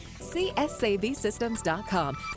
csavsystems.com